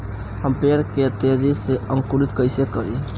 हम पेड़ के तेजी से अंकुरित कईसे करि?